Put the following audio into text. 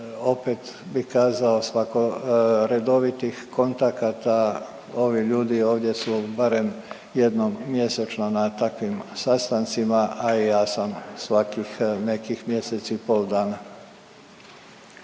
opet bi kazao svako redovitih kontakata, ovi ljudi ovdje su barem jednom mjesečno na takvim sastancima, a i ja sam svakih nekih mjesec i pol dana.